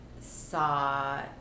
saw